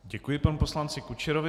Děkuji panu poslanci Kučerovi.